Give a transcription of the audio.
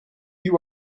you